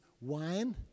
wine